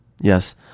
Yes